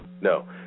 No